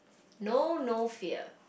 know no fear